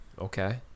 Okay